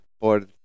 por